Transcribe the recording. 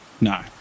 no